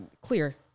clear